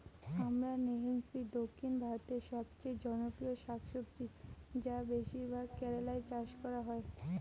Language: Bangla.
আমরান্থেইসি দক্ষিণ ভারতের সবচেয়ে জনপ্রিয় শাকসবজি যা বেশিরভাগ কেরালায় চাষ করা হয়